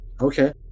okay